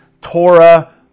Torah